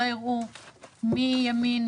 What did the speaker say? לא נראה מי ימין,